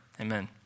Amen